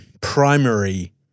primary